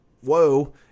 whoa